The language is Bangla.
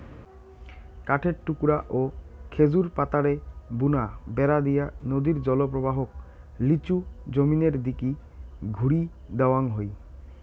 কাঠের টুকরা ও খেজুর পাতারে বুনা বেড়া দিয়া নদীর জলপ্রবাহক লিচু জমিনের দিকি ঘুরি দেওয়াং হই